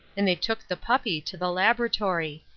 and they took the puppy to the laboratory,